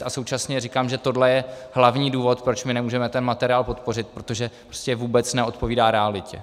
A současně říkám, že tohle je hlavní důvod, proč my nemůžeme ten materiál podpořit, protože prostě vůbec neodpovídá realitě.